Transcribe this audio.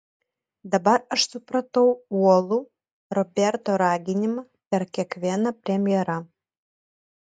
dabar aš supratau uolų roberto raginimą per kiekvieną premjerą